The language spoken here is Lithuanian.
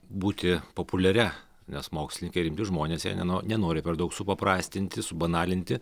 būti populiaria nes mokslininkai rimti žmonės jie neno nenori per daug supaprastinti subanalinti